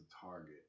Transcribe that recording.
target